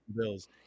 Bills